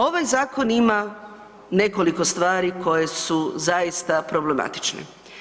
Ovaj zakon ima nekoliko stvari koje su zaista problematične.